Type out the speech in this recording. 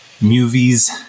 movies